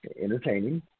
entertaining